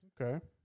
okay